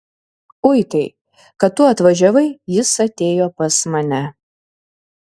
uitai kad tu atvažiavai jis atėjo pas mane